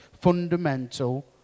fundamental